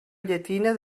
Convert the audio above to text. llatina